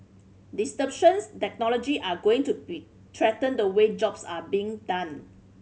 disruptions technology are going to be threaten the way jobs are being done